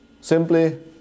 simply